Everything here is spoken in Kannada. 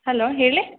ಹಲೋ ಹೇಳಿ